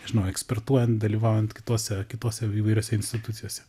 nežinau ekspertuojant dalyvaujant kitose kitose įvairiose institucijose